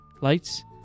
Lights